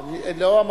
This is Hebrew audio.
מה זה האוצר התנגד?